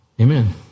Amen